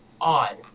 odd